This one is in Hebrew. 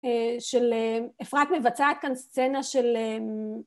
של... אפרת מבצעת כאן סצנה של...